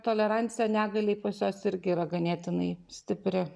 tolerancija negaliai pas juos irgi yra ganėtinai